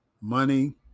money